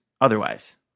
otherwise